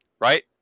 right